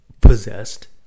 possessed